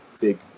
big